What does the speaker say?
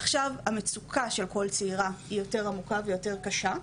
עכשיו המצוקה של כל צעירה היא יותר עמוקה ויותר קשה,